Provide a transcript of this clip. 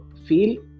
feel